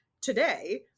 today